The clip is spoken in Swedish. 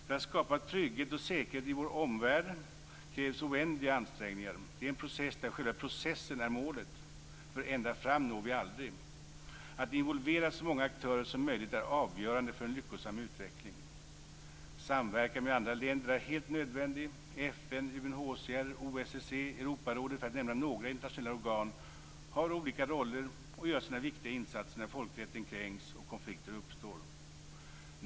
För att skapa trygghet och säkerhet i vår omvärld krävs oändliga ansträngningar. Det är en process där själva processen är målet, för ända fram når vi aldrig. Att involvera så många aktörer som möjligt är avgörande för en lyckosam utveckling. Samverkan med andra länder är helt nödvändig. FN, UNHCR, OSSE, Europarådet, för att nämna några internationella organ, har olika roller och gör sina viktiga insatser när folkrätten kränks och konflikter uppstår.